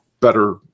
better